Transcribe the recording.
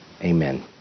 Amen